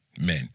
men